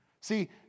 See